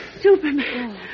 Superman